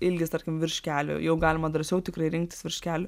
ilgis tarkim virš kelių jau galima drąsiau tikrai rinktis virš kelių